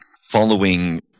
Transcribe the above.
following